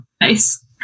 Nice